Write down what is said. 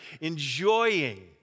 enjoying